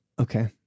Okay